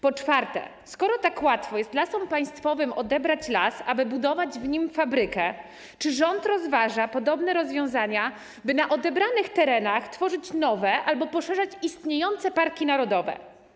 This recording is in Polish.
Po czwarte: Skoro tak łatwo jest Lasom Państwowym odebrać las, aby budować w nim fabrykę, to czy rząd rozważa podobne rozwiązania, by na odebranych terenach tworzyć nowe albo powiększać istniejące parki narodowe?